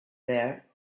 there